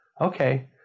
Okay